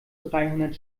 dreihundert